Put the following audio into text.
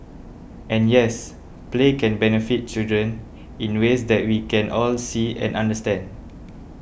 and yes play can benefit children in ways that we can all see and understand